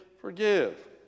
forgive